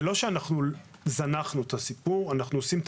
אנחנו לא זנחנו את הסיפור, אנחנו עושים את